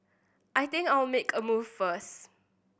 I think I'll make a move first